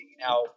Now